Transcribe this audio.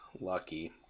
Lucky